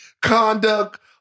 conduct